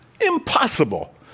Impossible